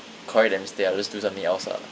correct that mistake I'll just do something else lah